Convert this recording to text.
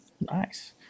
Nice